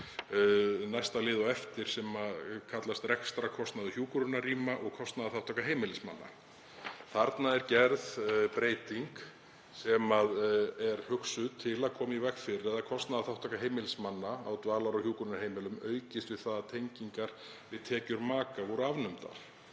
næsta lið á eftir sem kallast Rekstrarkostnaður hjúkrunarrýma og kostnaðarþátttaka heimilismanna. Þarna er gerð breyting sem er hugsuð til að koma í veg fyrir að kostnaðarþátttaka heimilismanna á dvalar- og hjúkrunarheimilum aukist við það að tengingar við tekjur maka voru afnumdar.